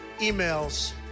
emails